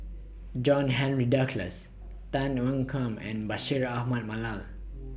John Henry Duclos Tan Ean Kiam and Bashir Ahmad Mallal